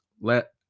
let